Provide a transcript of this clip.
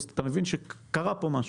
אנחנו מבינים שקרה משהו,